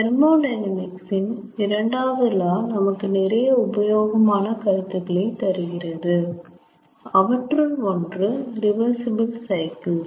thermodynamics இன் இரண்டாவது law நமக்கு நிறைய உபயோகமான கருத்துகளை தருகிறது அவற்றுள் ஒன்று ரிவர்சிபிள் சைக்கிள்ஸ்